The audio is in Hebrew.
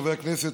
חברי הכנסת,